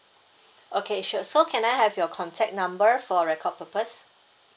okay sure so can I have your contact number for record purpose